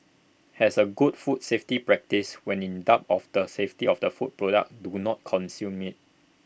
as A good food safety practice when in doubt of the safety of A food product do not consume IT